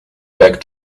back